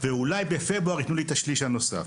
ואולי בפברואר יתנו לי את השליש הנוסף.